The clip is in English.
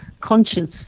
conscious